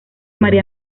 maría